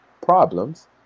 problems